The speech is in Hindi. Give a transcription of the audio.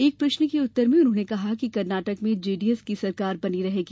एक प्रश्न के उत्तर में उन्होंने कहा कि कर्नाटक में जेडीएस की सरकार बनी रहेगी